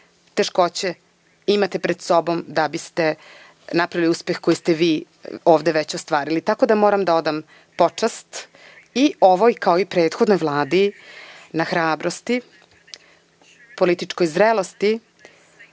teškoće imate pred sobom da biste napravili uspeh koji ste vi ovde već ostvarili, tako da moram da odam počast i ovoj, kao i prethodnoj Vladi na hrabrosti, političkoj zrelosti